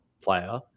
player